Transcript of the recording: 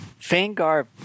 Fangar